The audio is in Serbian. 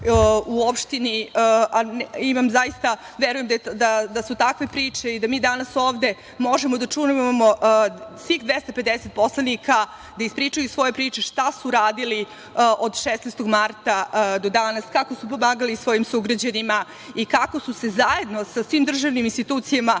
u opštini, a verujem da su takve priče, i da mi danas ovde možemo da čujemo svih 250 poslanika, da ispričaju svoje priče šta su radili od 16. marta do danas, kako su pomagali svojim sugrađanima i kako su se zajedno sa svim državnim institucijama